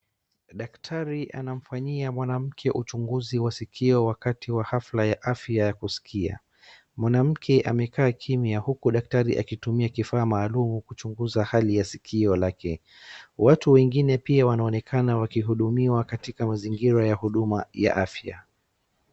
Daktari anamfanyia mwanamke uchunguzi wa sikio wakati wa hafla ya afya ya kuskia. Mwanamke amekaa kimya huku daktari akitumia kifaa maalum kuchunguza hali ya sikio lake. Watu wengine pia wanaonekana wakihudumiwa katika mazingira ya huduma ya afya.